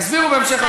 יסבירו בהמשך הדיון.